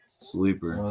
Sleeper